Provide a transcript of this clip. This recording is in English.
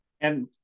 And-